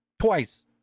twice